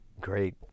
great